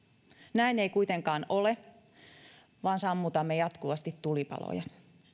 näin ei kuitenkaan ole vaan sammutamme jatkuvasti tulipaloja